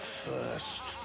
first